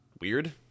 weird